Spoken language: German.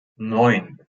neun